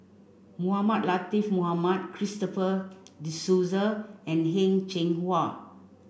Mohamed Latiff Mohamed Christopher De Souza and Heng Cheng Hwa